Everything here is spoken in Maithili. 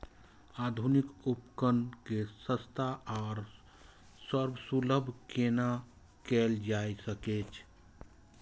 आधुनिक उपकण के सस्ता आर सर्वसुलभ केना कैयल जाए सकेछ?